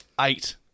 eight